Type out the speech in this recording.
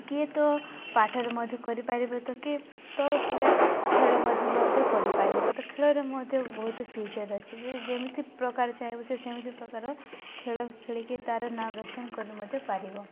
କିଏ ତ ପାଠରେ ମଧ୍ୟ କରିପାରିବ ତ କିଏ ତ ପୁରା ଖେଳ ମଧ୍ୟ ମଧ୍ୟ କରିପାରିବ ତ ଖେଳରେ ମଧ୍ୟ ବହୁତ ଫ୍ୟୁଚର୍ ଅଛି ଯେ ଯେମିତି ପ୍ରକାର ଚାହିଁବ ସେ ସେମିତି ପ୍ରକାର ଖେଳ ଖେଳିକି ତା'ର ନାମ ରୋସନ କରି ମଧ୍ୟ ପାରିବ